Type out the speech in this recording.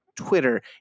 Twitter